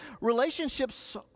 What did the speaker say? Relationships